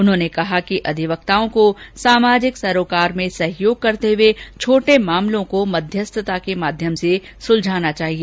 उन्होंने कहा कि अधिवक्ता को सामाजिक सरोकार में सहयोग करते हुए छोटे मामलों को मध्यस्थता के माध्यम से सुलझाना चाहिए